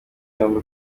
yombi